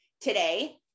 today